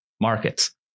markets